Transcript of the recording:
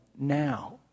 now